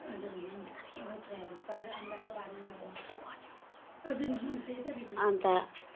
अन्त